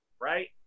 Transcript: right